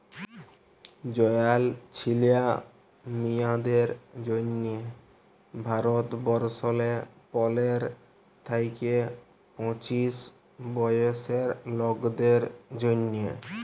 জয়াল ছিলা মিঁয়াদের জ্যনহে ভারতবর্ষলে পলের থ্যাইকে পঁচিশ বয়েসের লকদের জ্যনহে